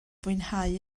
fwynhau